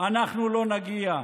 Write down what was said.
אנחנו לא נגיע.